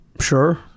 Sure